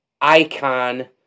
icon